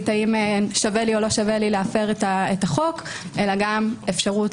האם שווה לי או לא להפר את החוק אלא גם אפשרות